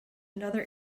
another